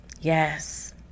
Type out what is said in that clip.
Yes